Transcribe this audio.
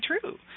true